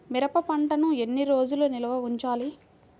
మిరప పంటను ఎన్ని రోజులు నిల్వ ఉంచాలి?